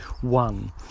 one